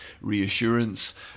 reassurance